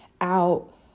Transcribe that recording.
out